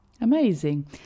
Amazing